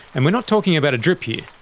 and we're not talking about a drip here,